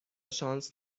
شانس